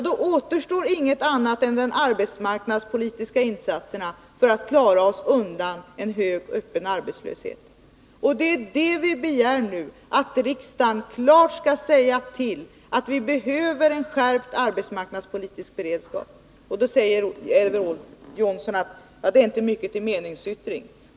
Då återstår ingenting annat än de arbetsmarknadspolitiska insatserna för att klara oss undan en hög öppen arbetslöshet. Det är det vi begär nu: att riksdagen klart skall säga ifrån att vi behöver en skärpt arbetsmarknadspolitisk beredskap. Då säger Elver Jonsson: Det är inte mycket till meningsyttring.